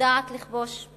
יודעת לכבוש,